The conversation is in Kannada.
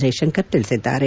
ಜೈಶಂಕರ್ ತಿಳಿಸಿದ್ದಾರೆ